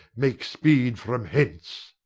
make speed from hence.